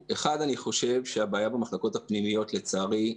אני חושב שהבעיה במחלקות הפנימיות לצערי,